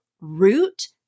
root